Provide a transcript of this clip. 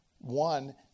one